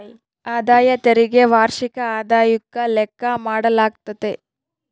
ಆದಾಯ ತೆರಿಗೆ ವಾರ್ಷಿಕ ಆದಾಯುಕ್ಕ ಲೆಕ್ಕ ಮಾಡಾಲಾಗ್ತತೆ